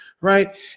right